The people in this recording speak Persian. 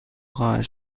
خواهد